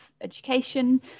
education